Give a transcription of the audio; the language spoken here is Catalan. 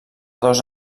dos